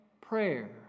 prayer